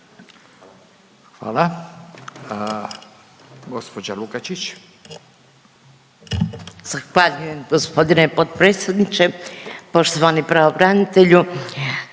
Hvala. Gđa Lukačić.